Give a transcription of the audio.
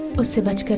were so but